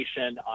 on